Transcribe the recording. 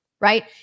Right